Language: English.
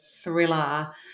thriller